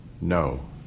No